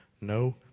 no